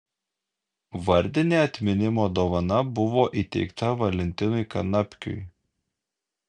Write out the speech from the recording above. vardinė atminimo dovana buvo įteikta valentinui kanapkiui